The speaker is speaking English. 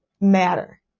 matter